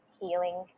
healing